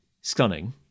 stunning